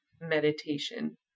meditation